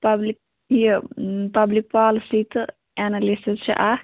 public یہِ public policy تہٕ analysis چھِ اَکھ